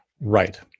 Right